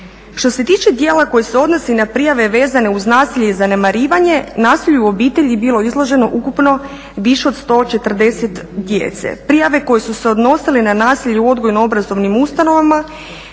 Što se tiče djela koji se odnosi na prijave vezane uz nasilje i zanemarivanje nasilju u obitelji je bilo izloženo ukupno više od 140 djece. Prijave koje su se odnosile na nasilje u odgojno-obrazovnim ustanovama